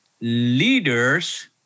leaders